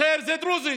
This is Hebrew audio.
אחר זה דרוזי,